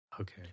okay